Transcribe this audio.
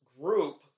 group